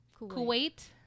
Kuwait